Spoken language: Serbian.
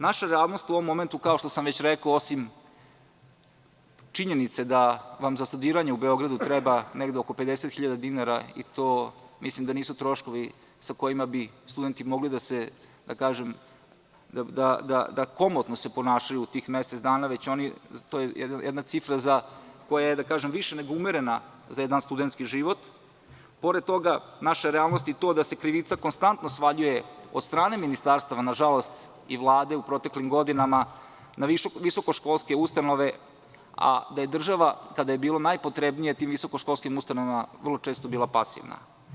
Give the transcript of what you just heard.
Naša realnost u ovom momentu ukazuje, osim činjenice da vam za studiranje u Beogradu treba negde oko 50 hiljada dinara i to mislim da nisu troškovi sa kojima bi studenti mogli da komotno se ponašaju u tih mesec dana, već je to jedna cifra koja je više nego umerena za studentski život, da se krivica konstantno svaljuje od strane ministarstva i Vlade u proteklim godinama na visokoškolske ustanove a da je država kada je bilo najpotrebnije tim visokoškolskim ustanovama vrlo često bila pasivna.